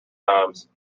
times